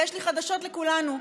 ויש לי חדשות לכולנו: